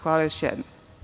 Hvala još jednom.